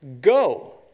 Go